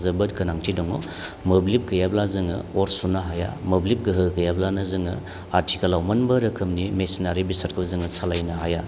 जोबोद गोनांथि दङ मोब्लिब गैयाब्ला जोङो अर सुनो हाया मोब्लिब गोहो गैयाब्लानो जोङो आथिखालाव मोनबो रोखोमनि मेशिनारि बेसादखौ जोङो सालायनो हाया